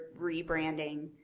rebranding